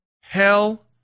Hell